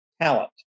talent